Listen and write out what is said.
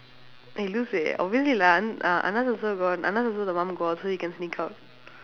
eh lose eh obviously lah an~ uh anand also gone anand also the mom gone so he can sneak out